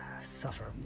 suffer